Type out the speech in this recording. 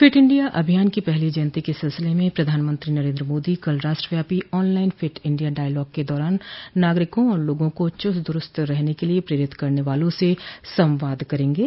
fit India अभियान की पहली जयंती के सिलसिले में प्रधानमंत्री नरेन्द्र मोदी कल राष्ट्रव्यापी ऑनलाइन फिट इंडिया डायलॉग के दौरान नागरिकों और लोगों को चुस्त दुरूस्त रहने के लिए प्रेरित करने वालों से संवाद करेंगे